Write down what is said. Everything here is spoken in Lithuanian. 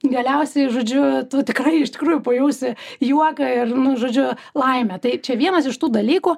galiausiai žodžiu tu tikrai iš tikrųjų pajausi juoką ir žodžiu laimę tai čia vienas iš tų dalykų